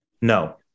No